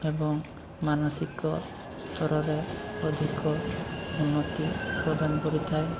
ଏବଂ ମାନସିକ ସ୍ତରରେ ଅଧିକ ଉନ୍ନତି ପ୍ରଦାନ କରିଥାଏ